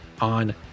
on